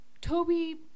Toby